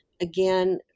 again